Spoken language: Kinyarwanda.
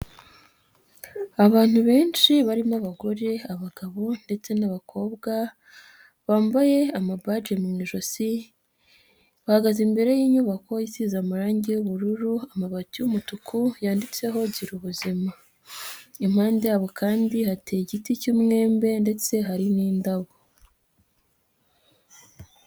Abantu benshi barimo abagore abagabo ndetse n'abakobwa, bambaye amabaje mu ijosi, bahagaze imbere y'inyubako isize amarangi y'ubururu, amabati y'umutuku yanditseho girubuzima, impande yabo kandi hateye igiti cy'umwembe ndetse hari n'indabo.